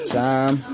time